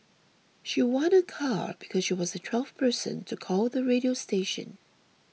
she won a car because she was the twelfth person to call the radio station